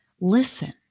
listen